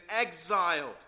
exiled